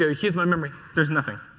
ah here's my memory. there's nothing.